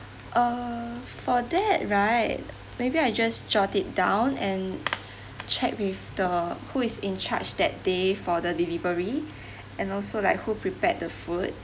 err for that right maybe I just jot it down and check with the who is in charge that day for the delivery and also like who prepared the food